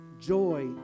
joy